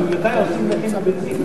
ממתי עושים לחם מבנזין?